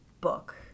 book